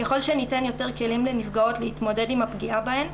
ככל שניתן יותר כלים לנפגעות להתמודד עם הפגיעה בהן,